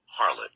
Harlot